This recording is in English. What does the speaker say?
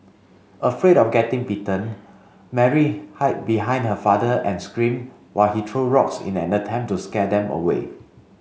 afraid of getting bitten Mary hid behind her father and screamed while he threw rocks in an attempt to scare them away